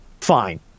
Fine